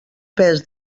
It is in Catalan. pes